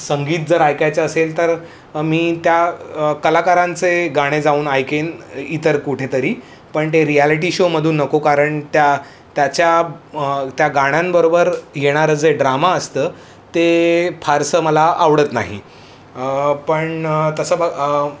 संगीत जर ऐकायचं असेल तर मी त्या कलाकारांचे गाणे जाऊन ऐकेन इतर कुठेतरी पण ते रियालिटी शोमधून नको कारण त्या त्याच्या त्या गाण्यांबरोबर येणारं जे ड्रामा असतं ते फारसं मला आवडत नाही पण तसं ब